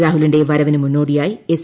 രാഹുലിന്റെ വരവിനു മുന്നോടിയായി എസ്